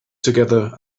together